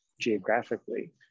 geographically